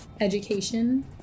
education